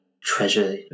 treasure